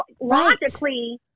logically